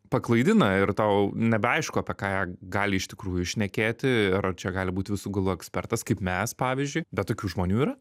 paklaidina ir tau nebeaišku apie ką jie gali iš tikrųjų šnekėti ar čia gali būt visų galų ekspertas kaip mes pavyzdžiui bet tokių žmonių yra